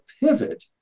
pivot